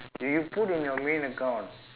you put in your main account